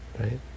right